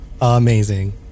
Amazing